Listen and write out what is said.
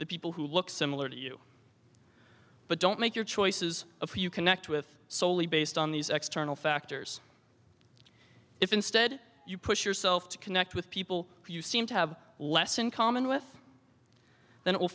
the people who look similar to you but don't make your choices of who you connect with solely based on these external factors if instead you push yourself to connect with people you seem to have less in common with then it will